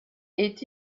est